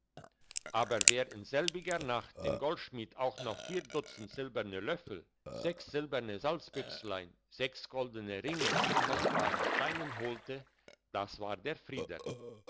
aber wer in selbiger nacht dem goldschmied auch noch vier dutzend silberne löffel sechs silberne salzbüchslein sechs goldene ringe mit kostbaren steinen holte das war der frieder